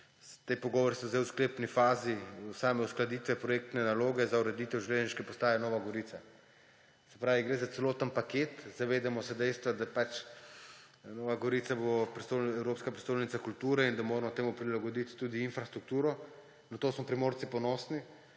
ti pogovori so zdaj v sklepni fazi same uskladitve projektne naloge za ureditev železniške postaje Nova Gorica. Se pravi, gre za celoten paket, zavedamo se dejstva, da Nova Gorica bo evropska prestolnica kulture in da moramo temu prilagoditi tudi infrastrukturo. Na to smo Primorci ponosni